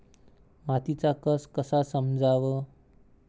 मातीचा कस कसा समजाव?